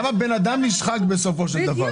רק --- גם הבן אדם נשחק בסופו של דבר.